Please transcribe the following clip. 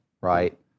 right